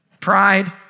Pride